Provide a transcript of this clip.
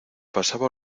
pasaba